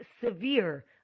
severe